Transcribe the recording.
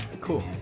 Cool